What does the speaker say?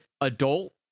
adult